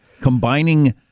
combining